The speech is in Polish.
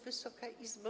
Wysoka Izbo!